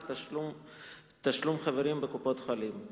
(תשלום חברים בקופות-חולים);